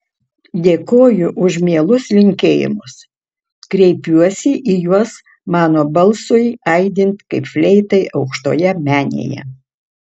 dėkoju už mielus linkėjimus kreipiuosi į juos mano balsui aidint kaip fleitai aukštoje menėje